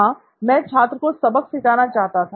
हां मैं छात्र को सबक सिखाना चाहता था